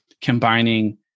combining